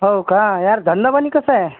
हो का यार धंदापाणी कसा आहे